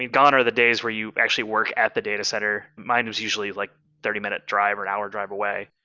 and gone are the days where you actually work at the datacenter. mine was usually like thirty minute drive or an hour drive away.